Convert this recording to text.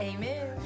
Amen